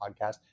podcast